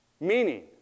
Meaning